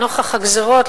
לנוכח הגזירות,